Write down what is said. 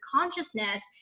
consciousness